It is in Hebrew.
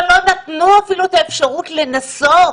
אבל לא נתנו אפילו את האפשרות לנסות.